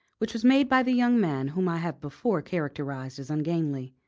which was made by the young man whom i have before characterised as ungainly.